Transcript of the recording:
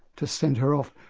to send her off.